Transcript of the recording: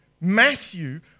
Matthew